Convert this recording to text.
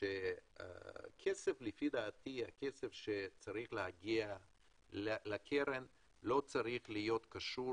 כסף שצריך להגיע לקרן לא צריך להיות קשור